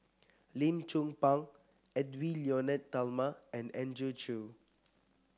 Lim Chong Pang Edwy Lyonet Talma and Andrew Chew